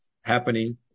happening